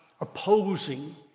opposing